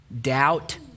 doubt